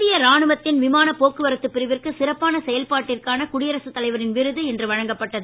இந்திய ராணுவத்தின் விமான போக்குவரத்து பிரிவிற்கு சிறப்பான செயல்பாட்டிற்கான குடியரசு தலைவரின் விருது இன்று வழங்கப்பட்டது